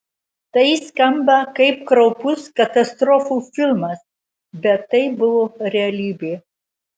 tai skamba kaip kraupus katastrofų filmas bet tai buvo realybė